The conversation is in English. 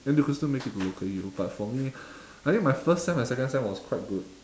then you could still make it to local U but for me I think my first sem and second sem was quite good